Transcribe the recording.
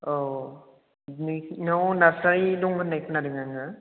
औ नोंसिनाव नारसारि दं होननाय खोनादों आङो